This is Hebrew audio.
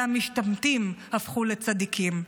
והמשתמטים הפכו לצדיקים.